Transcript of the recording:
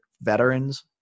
veterans